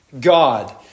God